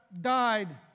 died